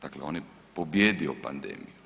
Dakle, on je pobijedio pandemiju.